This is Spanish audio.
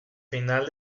final